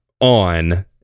on